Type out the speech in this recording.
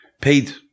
Paid